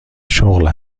شغل